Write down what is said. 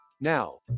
Now